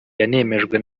yanemejwe